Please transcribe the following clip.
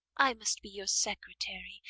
i must be your secretary,